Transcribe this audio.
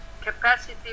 capacity